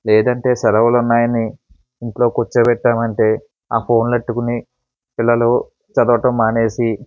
లేదంటే సెలవులు ఉన్నాయని ఇంట్లో కూర్చోపెట్టామంటే ఆ ఫోన్లు పట్టుకుని పిల్లలు చదవటం మానేసి